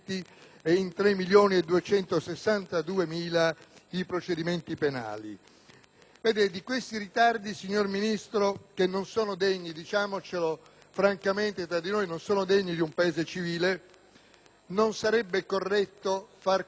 di questi ritardi, signor Ministro, che non sono degni - diciamocelo francamente tra di noi - di un Paese civile, non sarebbe corretto fare carico a lei che ha giurato da Ministro della giustizia da soli nove mesi, e io non ne faccio carico a lei.